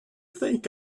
think